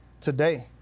today